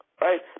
Right